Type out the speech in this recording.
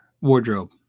wardrobe